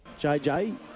JJ